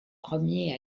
premiers